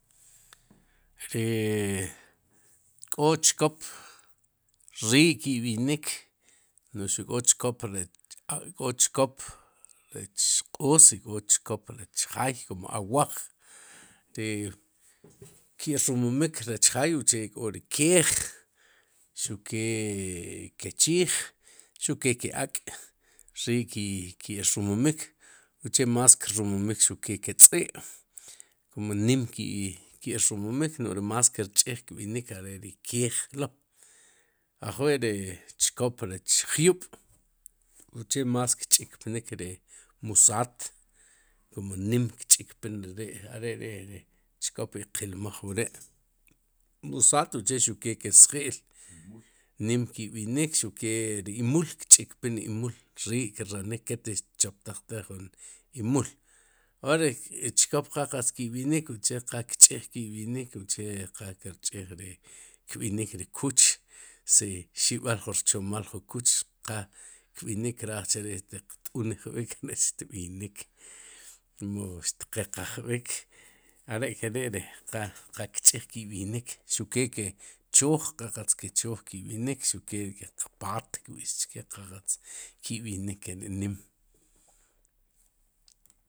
Ri chkop nim kno'j, uche are ri trz'i' kum ri tz'i' ktijtaj rmal njel che ri kb'ixik si tqb'ij chu jun tz'i' katela'b'ik chu jaay mu ka toku'l pjaay ri tz'i' kir b'an njel ri kb'ixik chre mu qtutjelb'ik tz'i' chu kka'yxik chkop chu koqtxik chkop chu jaay njel ri tz'i' ki rb'an si cha'ri tz'i' kb'ixik are ri ri kk'ob'ruk'ri wnaq ruk'ri achii, kk'ob'ik chu rchejxik ri jaay y chjel rb'i'ri tz'i' xuq ke ri tz'i' k'olik kumu nawal k'o pri ajlb'al q'iij kum nim ri rno'j tz'i'y ri tz'i'ktijtaj rmal njel che ri qaaj qb'ij chre, uche xuq kq'ax re pu rwi' tz'i'ri yolb'al si tqb'ij piq qyolb'al mu xtiq b'iij pe ryolb'al mos, njel ki rtaa ri tz'i' y kirb'an ri qaaj che xtqb'ij chre.